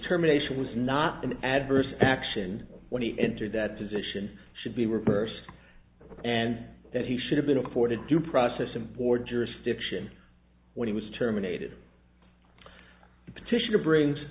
terminations was not an adverse action when he entered that position should be reversed and that he should have been afforded due process and board jurisdiction when he was terminated the petitioner brings